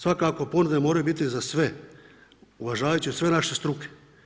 Svakako ponude moraju biti za sve, uvažavajući sve naše struke.